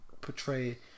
portray